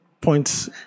points